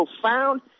profound